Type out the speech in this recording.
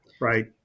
Right